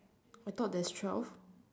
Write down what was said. I thought there's twelve